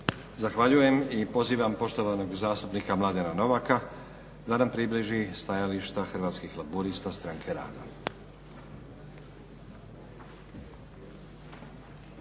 Zahvaljujem. I pozivam poštovanog zastupnika Mladena Novaka da nam približi stajališta Hrvatskih laburista-Stranke rada.